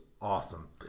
awesome